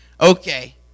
Okay